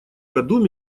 году